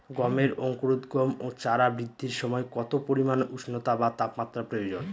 গমের অঙ্কুরোদগম ও চারা বৃদ্ধির সময় কত পরিমান উষ্ণতা বা তাপমাত্রা প্রয়োজন?